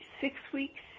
six-weeks